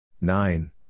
Nine